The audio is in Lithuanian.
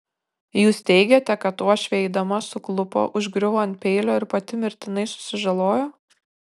jūs teigiate kad uošvė eidama suklupo užgriuvo ant peilio ir pati mirtinai susižalojo